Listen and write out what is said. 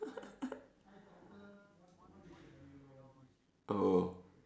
oh